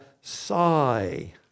sigh